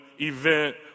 event